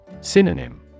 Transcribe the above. Synonym